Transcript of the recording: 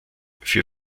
für